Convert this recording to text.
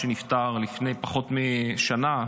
שנפטר לפני פחות משנה,